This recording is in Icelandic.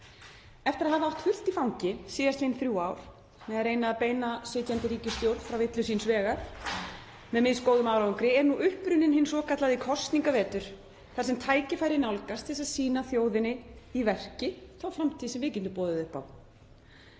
Eftir að hafa átt fullt í fangi síðastliðin þrjú ár við að reyna að beina sitjandi ríkisstjórn frá villu síns vegar með misgóðum árangri er nú upp runninn hinn svokallaði kosningavetur þar sem tækifæri nálgast til að sýna þjóðinni í verki þá framtíð sem við getum boðið upp á.